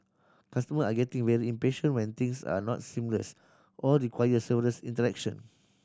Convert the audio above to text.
customer are getting very impatient when things are not seamless or require several interaction